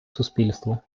суспільству